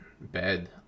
bed